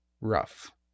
rough